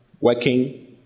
working